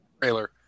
trailer